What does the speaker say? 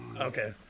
okay